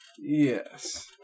Yes